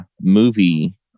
movie